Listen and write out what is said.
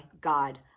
God